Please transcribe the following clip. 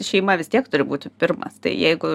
šeima vis tiek turi būti pirmas tai jeigu